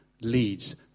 leads